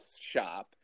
shop